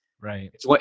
Right